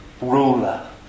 ruler